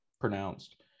pronounced